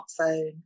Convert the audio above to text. smartphone